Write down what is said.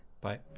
Bye